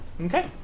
Okay